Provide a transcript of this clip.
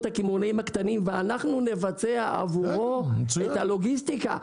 הקמעונאים הקטנים ואנחנו נבצע עבורם את הלוגיסטיקה.